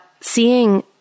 seeing